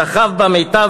שכב במיטה,